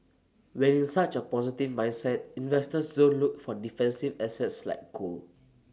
when in such A positive mindset investors don't look for defensive assets like gold